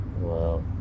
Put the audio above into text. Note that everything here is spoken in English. Wow